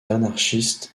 anarchistes